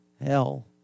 hell